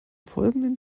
folgenden